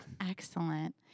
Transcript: Excellent